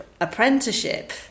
apprenticeship